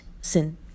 sin